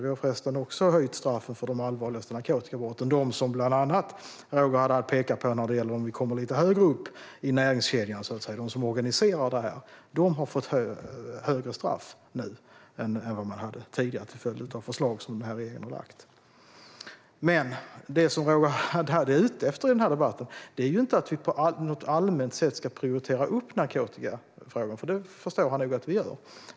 Vi har också höjt straffen för de allvarligaste narkotikabrotten, som Roger Haddad pekade på. Det handlar bland annat om brott som begås lite högre upp i näringskedjan, alltså bland dem som organiserar detta. Dessa personer får nu högre straff än vad som tidigare var fallet, till följd av förslag som denna regering har lagt fram. Det som Roger Haddad är ute efter i denna debatt är inte att vi på något allmänt sätt ska prioritera upp narkotikafrågan; det förstår han nog att vi gör.